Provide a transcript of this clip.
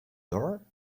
door